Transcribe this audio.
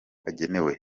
agenewe